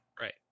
right